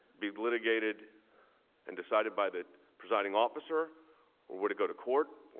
be litigated and decided by the presiding officer or would he go to court.